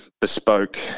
bespoke